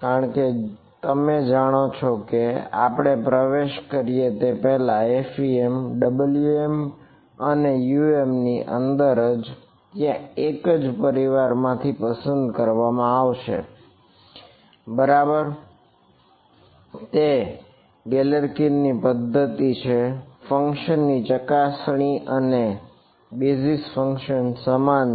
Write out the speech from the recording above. કારણ કે તમે જાણો છો કે આપણે પ્રવેશ કરીએ તે પહેલા એફઈએમ Wm અને Um ની અંદર ત્યાં એકજ પરિવાર માંથી પસંદ કરવામાં આવશે બરાબર તે ગેલેર્કીન સમાન છે